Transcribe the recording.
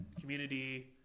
community